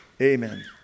Amen